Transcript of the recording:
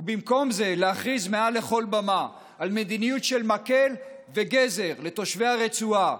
ובמקום זה להכריז מעל לכל במה על מדיניות של מקל וגזר לתושבי הרצועה,